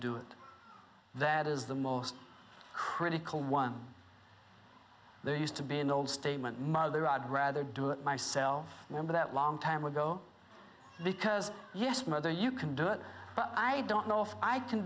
do it that is the most critical one there used to be an old statement mother i'd rather do it myself without long time ago because yes mother you can do it but i don't know if i can